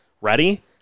Ready